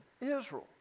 Israel